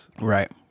Right